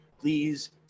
Please